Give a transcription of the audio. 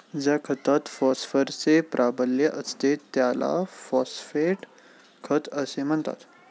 ज्या खतात फॉस्फरसचे प्राबल्य असते त्याला फॉस्फेट खत असे म्हणतात